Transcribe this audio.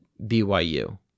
BYU